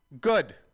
good